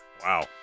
Wow